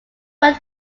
worked